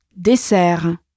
Dessert